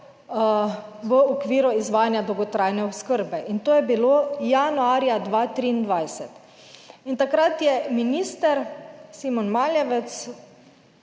v okviru izvajanja dolgotrajne oskrbe in to je bilo januarja 2023 in takrat je minister Simon Maljevac